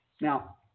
Now